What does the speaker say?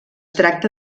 tracta